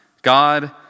God